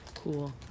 Cool